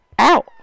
Ow